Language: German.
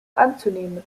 anzunehmen